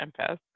empath